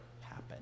happen